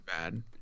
bad